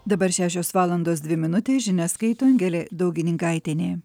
dabar šešios valandos dvi minutės žinias skaito angelė daugininkaitienė